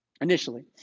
initially